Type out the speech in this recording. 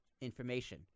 information